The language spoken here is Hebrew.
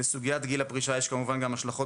לסוגיית גיל הפרישה יש כמובן גם השלכות